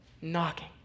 knocking